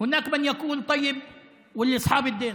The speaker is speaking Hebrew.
קוראים לו שר המשפטים גדעון סער.